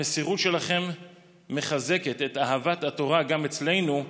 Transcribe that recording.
המסירות שלכם מחזקת את אהבת התורה גם אצלנו,